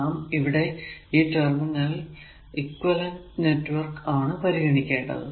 നാം ഇവിടെ ഈ ടെർമിനലിൽ ഇക്വിവലെന്റ് നെറ്റ്വർക്ക് ആണ് പരിഗണിക്കേണ്ടത്